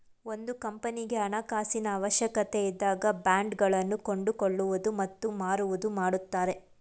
ಒಂದು ಕಂಪನಿಗೆ ಹಣಕಾಸಿನ ಅವಶ್ಯಕತೆ ಇದ್ದಾಗ ಬಾಂಡ್ ಗಳನ್ನು ಕೊಂಡುಕೊಳ್ಳುವುದು ಮತ್ತು ಮಾರುವುದು ಮಾಡುತ್ತಾರೆ